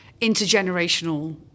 intergenerational